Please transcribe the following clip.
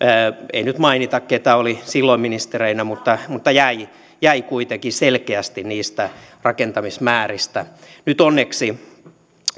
ei nyt mainita keitä oli silloin ministereinä jäi jäi kuitenkin selkeästi niistä rakentamismääristä nyt onneksi